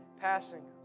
passing